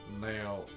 Now